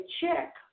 check